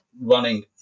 running